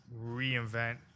reinvent